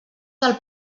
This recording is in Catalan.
del